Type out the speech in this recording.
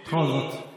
לפרוטוקול, בדיוק.